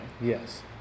Yes